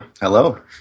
Hello